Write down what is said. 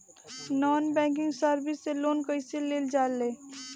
Non banking service से loan कैसे लेल जा ले?